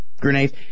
grenades